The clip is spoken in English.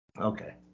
Okay